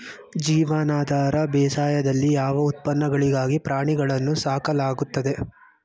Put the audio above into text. ಜೀವನಾಧಾರ ಬೇಸಾಯದಲ್ಲಿ ಯಾವ ಉತ್ಪನ್ನಗಳಿಗಾಗಿ ಪ್ರಾಣಿಗಳನ್ನು ಸಾಕಲಾಗುತ್ತದೆ?